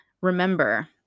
remember